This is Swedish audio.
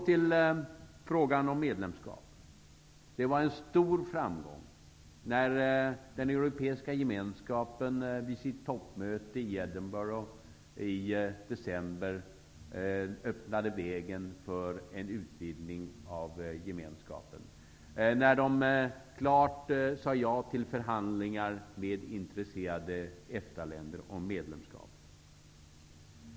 Till frågan om medlemskap. Det var en stor framgång när den europeiska gemenskapen vid sitt toppmöte i Edinburgh i december öppnade vägen för en utvidgning av Gemenskapen, när de klart sade ja till förhandlingar med intresserade EFTA länder om medlemskap.